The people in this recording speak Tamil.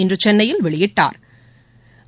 இன்று சென்னையில் வெளியிட்டாா்